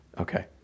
okay